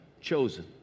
chosen